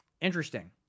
Interesting